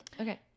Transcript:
Okay